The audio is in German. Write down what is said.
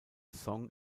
song